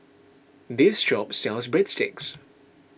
this shop sells Breadsticks